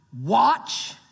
watch